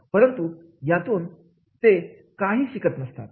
परंतु यातून ते काही शिकत नसतात